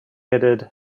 headed